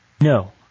No